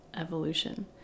evolution